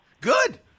Good